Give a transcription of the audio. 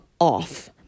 off